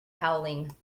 howling